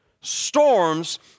storms